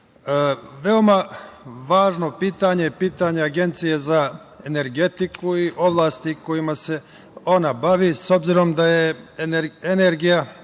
važno pitanje, pitanje Agencije za energetiku i oblasti kojima se ona bavi, s obzirom da je energija